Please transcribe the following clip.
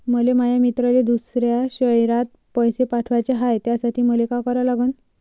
मले माया मित्राले दुसऱ्या शयरात पैसे पाठवाचे हाय, त्यासाठी मले का करा लागन?